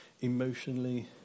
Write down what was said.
emotionally